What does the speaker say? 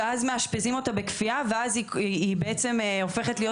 ואז מאשפזים אותה בכפייה ואז היא בעצם הופכת להיות